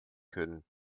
können